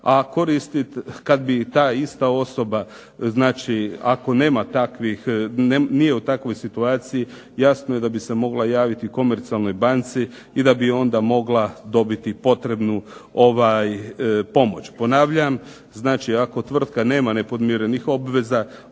ova sredstva. A kada bi ta ista osoba znači ako nema takvih nije u takvoj situaciji jasno je da bi se mogla javiti komercijalnoj banci i da bi mogla dobiti potrebnu pomoć. Ponavljam, znači ako tvrtka nema nepodmirenih obveza